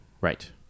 Right